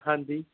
ਹਾਂਜੀ